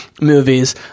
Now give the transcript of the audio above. movies